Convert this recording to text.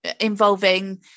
involving